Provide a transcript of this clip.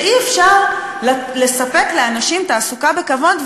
שאי-אפשר לספק לאנשים תעסוקה בכבוד,